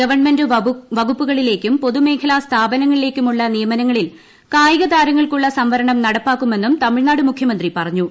government Edappadi K വകുപ്പുകളിലേക്കും പൊതുമ്മേഖ്ലാ സ്ഥാപനങ്ങളിലേക്കുമുള്ള നിയമനങ്ങളിൽ കായിക്താർങ്ങൾക്കുള്ള സംവരണം നടപ്പാക്കുമെന്നും തമിഴ്ന്നിട്ട് മുഖ്യമന്ത്രി പറഞ്ഞു